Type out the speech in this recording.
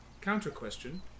counter-question